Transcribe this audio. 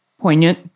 poignant